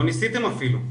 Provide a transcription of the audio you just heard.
לא ניסיתם אפילו.